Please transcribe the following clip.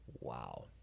Wow